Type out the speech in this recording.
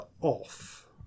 off